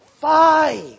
Five